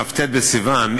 כ"ט בסיוון,